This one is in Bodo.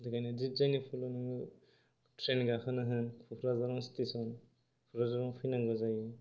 बेनिखायनो जायनि फलआव नोङो ट्रैन गाखोनो होन क'क्राजारआव स्टेशन क'क्राजारआवनो फैनांगौ जायो